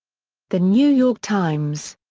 the new york times.